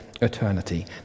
eternity